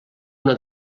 una